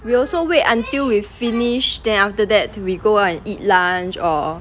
we also wait until we finish then after that we go out and eat lunch or